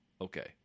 okay